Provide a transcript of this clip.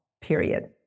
Period